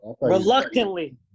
Reluctantly